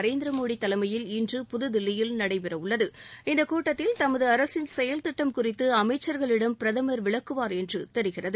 நரேந்திர மோடி தலைமயில் இன்று புதுதில்லியில் நடைபெறவுள்ளது இந்தக் கூட்டத்தில் தமது அரசின் செயல் திட்டம் குறித்து அமைச்சர்களிடம் பிரதமர் விளக்குவார் என்று தெரிகிறது